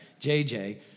JJ